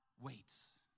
waits